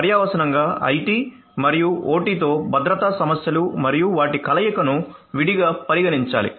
పర్యవసానంగా IT మరియు OT తో భద్రతా సమస్యలు మరియు వాటి కలయికను విడిగా పరిగణించాలి